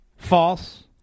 false